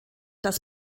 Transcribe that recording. das